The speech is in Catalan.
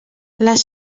les